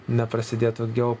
neprasidėtų geo